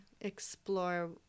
explore